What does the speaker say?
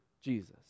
Jesus